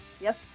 Yes